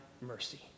mercy